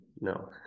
No